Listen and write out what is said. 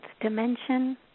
dimension